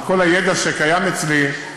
עם כל הידע שקיים אצלי,